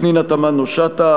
פנינה תמנו-שטה,